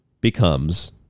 becomes